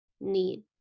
need